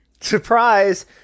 surprise